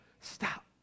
Stop